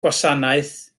gwasanaeth